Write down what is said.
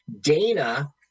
Dana